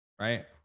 right